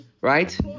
right